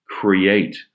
create